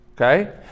okay